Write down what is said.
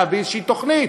להביא איזושהי תוכנית.